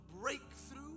breakthrough